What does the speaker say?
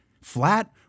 flat